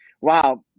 wow